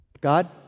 God